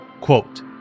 quote